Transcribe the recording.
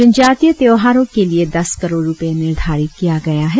जनजातिय त्योहारों के लिए दस करोड़ रुपए निर्धारित किया गया है